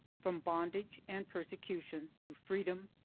from bondage and persecution to freedom,